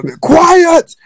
quiet